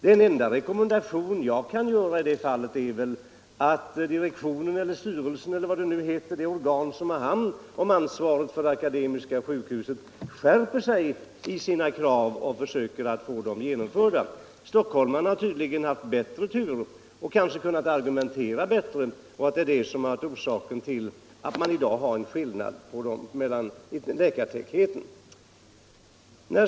Den enda rekommendation jag kan ge i det sammanhanget är att direktionen för Akademiska sjukhuset skärper sig i sina krav och försöker få dem tillgodosedda. Stockholmarna har tydligen haft större tur eller har kunnat argumentera bättre; det kan vara orsaken till att man i dag har denna skillnad i fråga om läkartätheten.